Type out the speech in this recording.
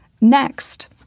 Next